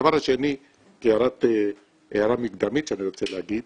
הדבר השני, כהערה מקדמית שאני רוצה להגיד,